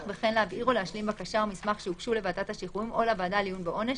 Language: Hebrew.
ביקש זאת.